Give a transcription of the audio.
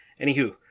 anywho